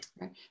Right